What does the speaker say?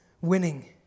winning